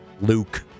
Luke